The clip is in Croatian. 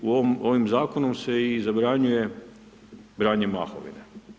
Ovim zakonom se i zabranjuje branje mahovine.